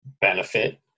benefit